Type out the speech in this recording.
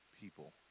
people